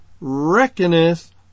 reckoneth